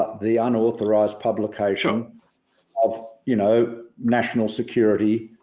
the unauthorised publication of, you know, national security,